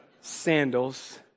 sandals